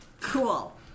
Cool